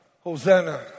Hosanna